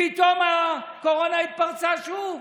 פתאום הקורונה התפרצה שוב.